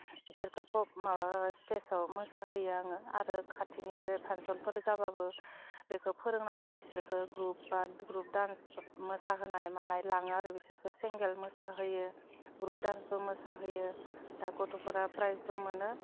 बिसोरखौ माबा स्टेजआव मोसाहोयो आङो आरो खाथिनि बे फांसनफोर जाबाबो बेखौ फोरोंनानै बिसोरखौ ग्रुप बा ग्रुप डान्स मोसाहोनाय मानाय लाङो आरो बिसोरखो सिंगोल मोसाहोयो ग्रुप दान्सबो मोसाहोयो दा गथ'फोरा प्राइजबो मोनो